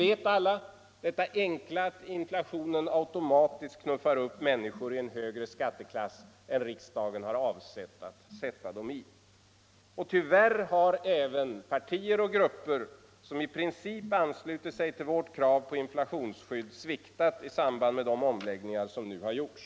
Vi känner alla till det enkla faktum, att inflationen automatiskt knuffar upp människor i en högre skatteklass än riksdagen har avsett sätta dem i. Tyvärr har även partier och grupper som i princip ansluter sig till vårt krav på inflationsskydd sviktat i samband med de omläggningar som har gjorts.